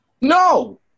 No